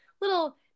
little